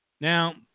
Now